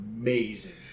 amazing